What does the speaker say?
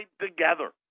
together